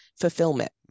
Fulfillment